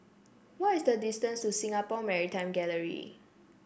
why is the distance to Singapore Maritime Gallery